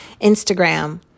Instagram